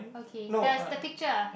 okay the the picture